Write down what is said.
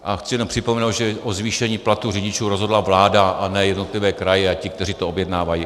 A chci jen připomenout, že o zvýšení platů řidičů rozhodla vláda, ne jednotlivé kraje a ti, kteří to objednávají.